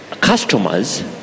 Customers